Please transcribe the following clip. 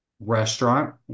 restaurant